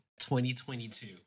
2022